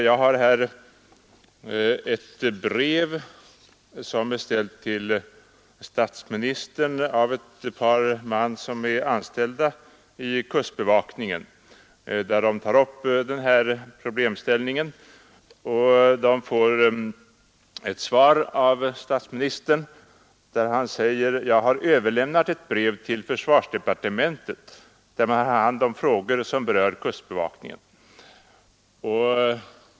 Jag har här ett brev som är ställt till statsministern av ett par personer som är anställda vid kustbevakningen där de tar upp den här problemställningen. De får sedan ett svar av statsministern där han bl.a. säger: Jag har överlämnat ert brev till försvarsdepartementet där man har hand om frågor som berör kustbevakningen.